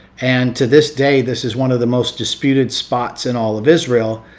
and to this day this is one of the most disputed spots in all of israel,